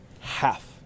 Half